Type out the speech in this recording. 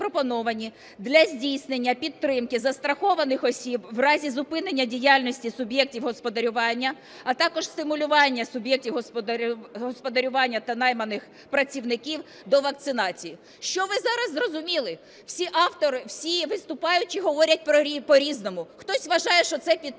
для здійснення підтримки застрахованих осіб в разі зупинення діяльності суб'єктів господарювання, а також стимулювання суб'єктів господарювання та найманих працівників до вакцинації. Що ви зараз зрозуміли? Всі виступаючі говорять по-різному. Хтось вважає, що це підтримка